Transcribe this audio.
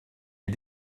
est